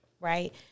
right